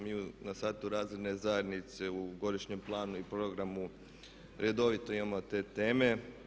Mi na satu razredne zajednice u godišnjem planu i programu redovito imamo te teme.